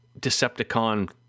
Decepticon